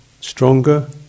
stronger